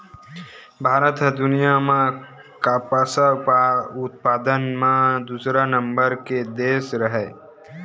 भारत ह दुनिया म कपसा उत्पादन म दूसरा नंबर के देस हरय